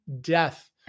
death